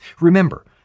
Remember